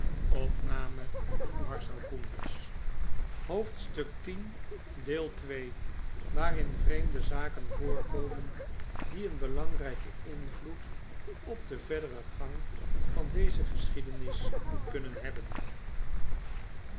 waarin vreemde zaken voorkomen die een belangrijken invloed op den verderen gang van deze geschiedenis kunnen hebben